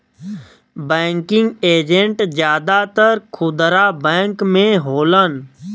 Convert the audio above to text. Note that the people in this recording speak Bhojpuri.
बैंकिंग एजेंट जादातर खुदरा बैंक में होलन